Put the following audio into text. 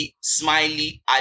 Smiley